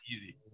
easy